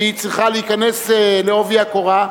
שהיא צריכה להיכנס בעובי הקורה,